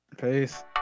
Peace